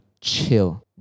chill